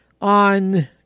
on